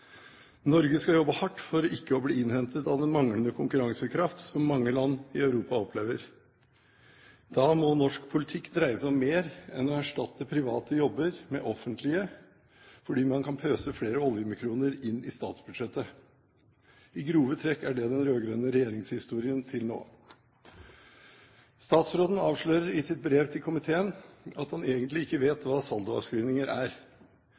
Norge skal jobbe hardt for ikke å bli innhentet av den manglende konkurransekraft som mange land i Europa opplever. Da må norsk politikk dreie seg om mer enn å erstatte private jobber med offentlige fordi man kan pøse flere oljekroner inn i statsbudsjettet. I grove trekk er det den rød-grønne regjeringshistorien til nå. Statsråden avslører i sitt brev til komiteen at han egentlig ikke vet hva saldoavskrivninger er.